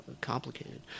complicated